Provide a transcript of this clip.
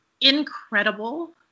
incredible